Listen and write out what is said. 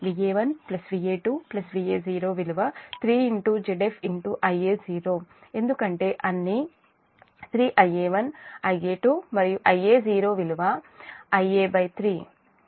Va1 Va2 Va0 విలువ 3ZfIa0 ఎందుకంటే అన్నీ 3 Ia1Ia2 మరియు Ia0 విలువ Ia3